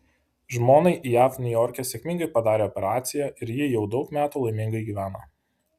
žmonai jav niujorke sėkmingai padarė operaciją ir ji jau daug metų laimingai gyvena